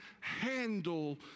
handle